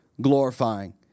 glorifying